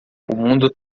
mundo